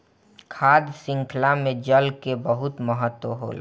खाद्य शृंखला में जल कअ बहुत महत्व होला